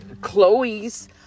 Chloe's